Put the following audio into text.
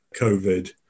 covid